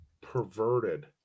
Perverted